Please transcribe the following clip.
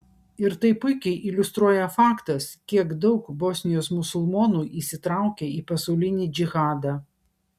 ir tai puikiai iliustruoja faktas kiek daug bosnijos musulmonų įsitraukė į pasaulinį džihadą